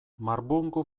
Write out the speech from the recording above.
marbungu